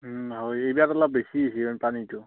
হয় এইবাৰ অলপ বেছি হৈছে পানীটো